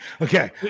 Okay